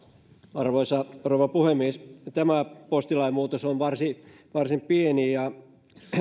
arvoisa rouva puhemies tämä postilain muutos on varsin varsin pieni ja